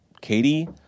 Katie